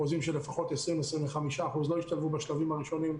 חוזים שלפחות 20% - 25% לא ישתלבו בשלבים הראשונים.